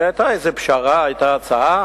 הרי היתה איזו פשרה, היתה הצעה